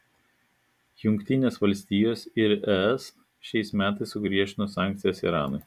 jungtinės valstijos ir es šiais metais sugriežtino sankcijas iranui